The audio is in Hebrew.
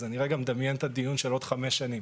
אז אני רגע מדמיין את הדיון של עוד חמש שנים.